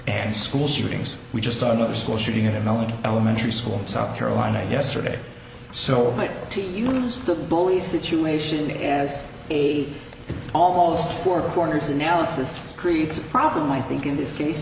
and school shootings we just saw another school shooting in only elementary school in south carolina yesterday so it might even use the bully situation as the almost four corners analysis creates a problem i think in this case